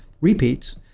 repeats